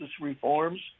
reforms